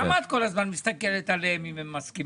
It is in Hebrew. למה את כל הזמן מסתכלת עליהם אם הם מסכימים?